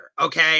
Okay